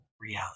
reality